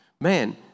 Man